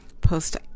post